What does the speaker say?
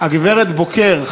הגברת בוקר,